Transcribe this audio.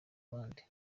abandi